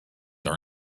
are